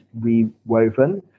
Rewoven